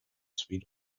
sweet